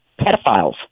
pedophiles